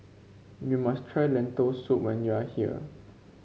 you must try Lentil Soup when you are here